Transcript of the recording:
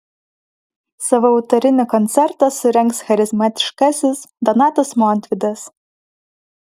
savo autorinį koncertą surengs charizmatiškasis donatas montvydas